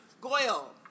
Goyle